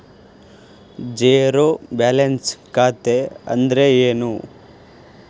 Zero balance ಖಾತೆ ಅಂದ್ರೆ ಏನು?